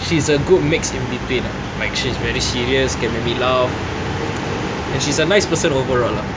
she's a good mix in between ah like she's very serious can make me laugh and she's a nice person overall ah